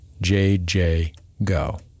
JJGO